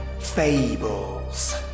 Fables